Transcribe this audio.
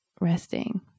resting